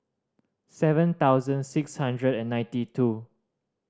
seven thousand six hundred and ninety two